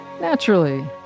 naturally